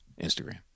instagram